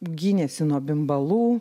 gynėsi nuo bimbalų